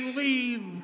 leave